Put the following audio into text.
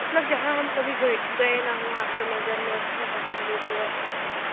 मतलब जहाँ हम कभी गए गए ना हों आपके नज़र में अच्छा सा मंदिर हो अच्छा सा जग